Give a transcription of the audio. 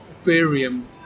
aquarium